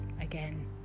again